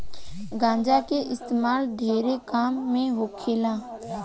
गांजा के इस्तेमाल ढेरे काम मे होखेला